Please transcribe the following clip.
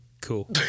Cool